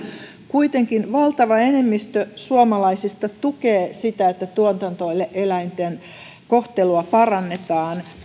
kuitenkin valtava enemmistö suomalaisista tukee sitä että tuotantoeläinten kohtelua parannetaan